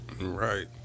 Right